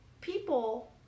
people